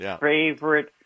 favorite